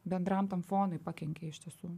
bendram tam fonui pakenkė iš tiesų